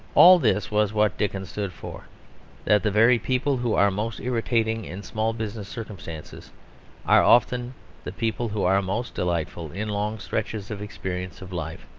all this was what dickens stood for that the very people who are most irritating in small business circumstances are often the people who are most delightful in long stretches of experience of life.